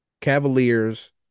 Cavaliers